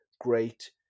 great